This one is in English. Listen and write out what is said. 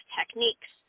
techniques